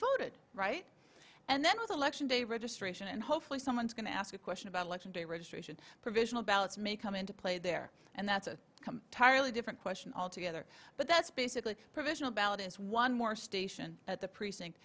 voted right and then with election day registration and hopefully someone's going to ask a question about election day registration provisional ballots may come into play there and that's a come tiredly different question altogether but that's basically a provisional ballot is one more station at the precinct